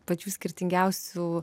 pačių skirtingiausių